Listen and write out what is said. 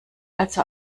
also